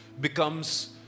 becomes